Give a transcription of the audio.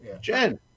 Jen